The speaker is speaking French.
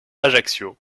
ajaccio